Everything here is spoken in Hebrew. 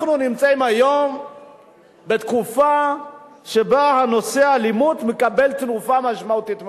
אנחנו נמצאים היום בתקופה שבה נושא האלימות מקבל תנופה משמעותית מאוד.